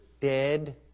dead